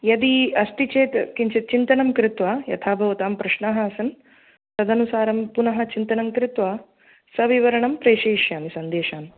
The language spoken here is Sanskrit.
यदि अस्ति चेत् किञ्चित् चिन्तनं कृत्वा यथा भवतां प्रश्नः आसन् तदनुसारं पुनः चिन्तनं कृत्वा सविवरणं प्रेशयिष्यामि सन्देशान्